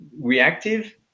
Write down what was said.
reactive